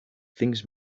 things